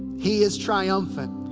he is triumphant.